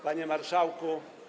Panie Marszałku!